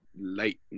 late